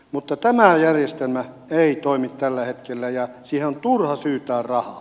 mutta tämä järjestelmä ei toimi tällä hetkellä ja siihen on turha syytää rahaa